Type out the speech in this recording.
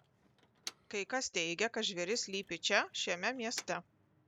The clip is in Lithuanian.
kai kas teigia kad žvėris slypi čia šiame mieste